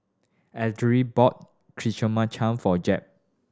Ellery bought Chimichangas for Jep